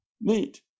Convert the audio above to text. neat